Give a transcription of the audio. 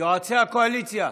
יועצי הקואליציה,